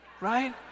Right